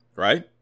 right